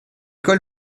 cols